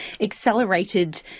accelerated